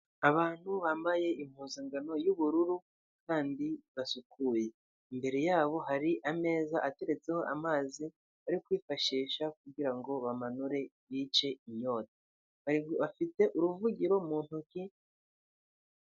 Abantu bambaye impuzankano y'ubururu kandi basukuye imbere yabo hari ameza ateretseho amazi ari kwifashisha kugirango bamanure bice inyota, afite uruvugiro mu ntoki.